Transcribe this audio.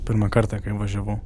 pirmą kartą kai važiavau